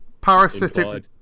Parasitic